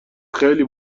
خیلی